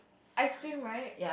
ice cream right